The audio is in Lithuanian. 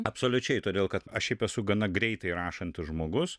absoliučiai todėl kad aš šiaip esu gana greitai rašantis žmogus